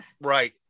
Right